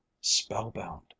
spellbound